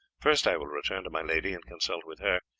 first, i will return to my lady and consult with her,